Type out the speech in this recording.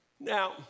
Now